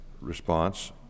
response